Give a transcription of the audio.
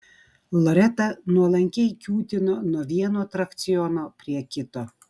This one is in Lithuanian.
loreta nuolankiai kiūtino nuo vieno atrakciono prie kito